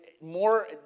more